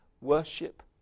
Worship